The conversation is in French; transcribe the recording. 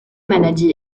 maladie